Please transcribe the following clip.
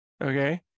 Okay